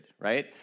right